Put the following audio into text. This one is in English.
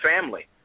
family